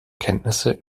kenntnisse